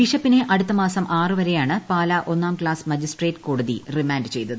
ബ്രിഷപ്പിനെ അടുത്ത മാസം ആറു വരെയാണ് പാല ഒന്നാം ക്ലാസ്റ്റ് മജീസ്ട്രേറ്റ് കോടതി റിമാന്റ് ചെയ്തത്